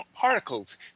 particles